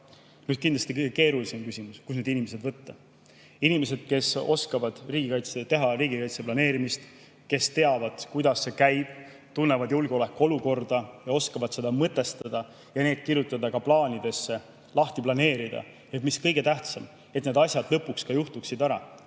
Nüüd kindlasti kõige keerulisem küsimus: kust need inimesed võtta? Inimesed, kes oskavad teha riigikaitse planeerimist, kes teavad, kuidas see käib, tunnevad julgeolekuolukorda ja oskavad seda mõtestada ja kirjutada ka plaanidesse, lahti planeerida ja mis kõige tähtsam: et need asjad lõpuks ka juhtuksid –